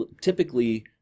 typically